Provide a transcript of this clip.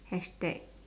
hashtag